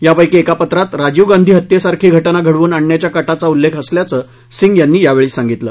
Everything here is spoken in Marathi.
यापैकी एका पत्रात राजीव गांधी हत्ये सारखी घटना घडवून आणण्याच्या कटाचा उल्लेख असल्याचं सिंग यांनी यावेळी सांगितलं